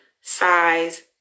size